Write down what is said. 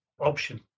option